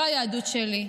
לא היהדות שלי.